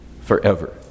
forever